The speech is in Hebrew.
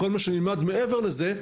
כל מה שנלמד מעבר לזה,